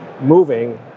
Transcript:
moving